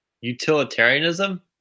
Utilitarianism